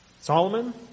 Solomon